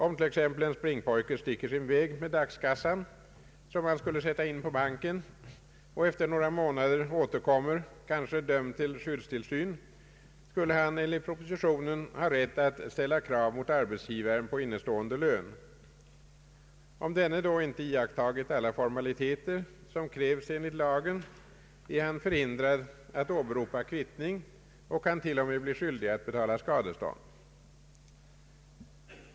Om t.ex. en springpojke sticker sin väg med dagskassan, som han skulle sätta in på banken, och efter några månader återkommer, kanske dömd till skyddstillsyn, skulle han enligt propositionen ha rätt att mot arbetsgivaren ställa krav på innestående lön. Om denne då inte iakttagit alla formaliteter som krävs enligt lagen är han förhindrad att åberopa kvittning och kan t.o.m. bli skyldig att betala skadestånd.